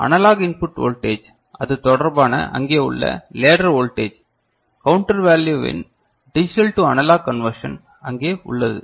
analogue input voltage அது தொடர்பான அங்கே உள்ள லேடர் ஒல்டேஜ் கவுண்டர் வேல்யுவின் டிஜிட்டல் டு அன்லாக் கன்வெர்ஷன் அங்கே உள்ளது